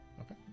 Okay